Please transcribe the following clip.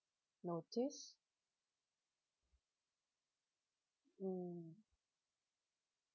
notice mm